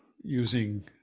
using